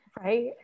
Right